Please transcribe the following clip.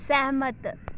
ਸਹਿਮਤ